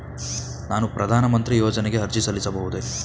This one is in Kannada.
ನಾನು ಪ್ರಧಾನ ಮಂತ್ರಿ ಯೋಜನೆಗೆ ಅರ್ಜಿ ಸಲ್ಲಿಸಬಹುದೇ?